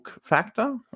factor